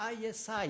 ISI